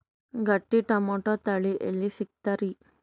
ಗಟ್ಟಿ ಟೊಮೇಟೊ ತಳಿ ಎಲ್ಲಿ ಸಿಗ್ತರಿ?